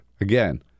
again